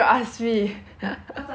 ya I love 苹果汤